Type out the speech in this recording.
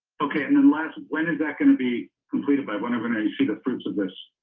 okay and then last when is that going to be completed by one of the nine you see the fruits of this